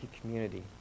community